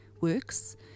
works